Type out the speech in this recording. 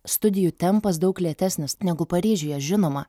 studijų tempas daug lėtesnis negu paryžiuje žinoma